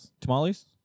tamales